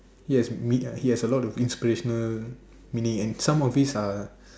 yes meet he has a lot of inspirational meaning and some of this are